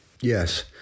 Yes